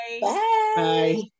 Bye